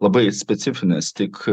labai specifinis tik